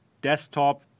desktop